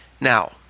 Now